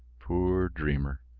poor dreamer!